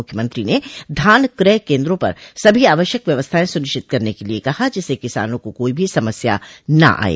मुख्यमंत्री ने धान कय केन्द्रों पर सभी आवश्यक व्यवस्थाएं सुनिश्चित करने के लिए कहा जिससे किसानों को कोई भी समस्या न आये